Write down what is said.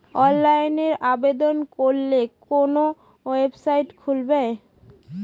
অনলাইনে আবেদন করলে কোন ওয়েবসাইট খুলব?